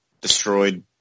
Destroyed